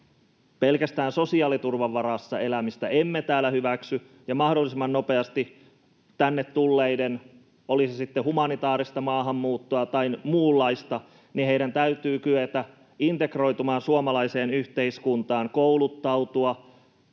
pelkästään sosiaaliturvan varassa elämistä emme täällä hyväksy ja mahdollisimman nopeasti täytyy tänne tulleiden, oli se sitten humanitaarista maahanmuuttoa tai muunlaista, kyetä integroitumaan suomalaiseen yhteiskuntaan, kouluttautua,